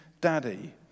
daddy